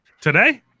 Today